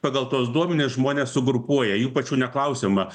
pagal tuos duomenis žmones sugrupuoja jų pačių neklausiama